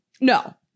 No